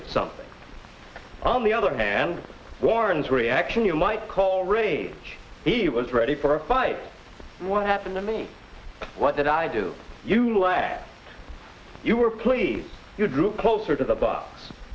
of something on the other hand warns reaction you might call rage he was ready for a fight what happened to me what did i do you laugh you were pleased you drew closer to the b